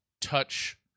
touch